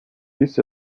bis